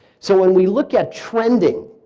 so when we look at trending,